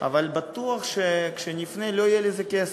אבל בטוח שכאשר נפנה, לא יהיה לזה כסף.